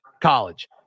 college